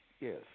Yes